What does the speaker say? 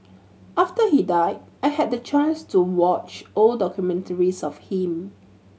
after he died I had the chance to watch old documentaries of him